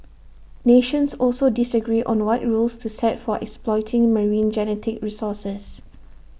nations also disagree on what rules to set for exploiting marine genetic resources